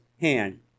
hand